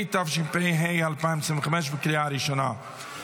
התשפ"ה 2025, בקריאה הראשונה.